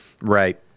Right